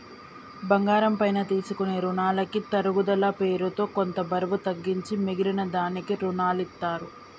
బంగారం పైన తీసుకునే రునాలకి తరుగుదల పేరుతో కొంత బరువు తగ్గించి మిగిలిన దానికి రునాలనిత్తారు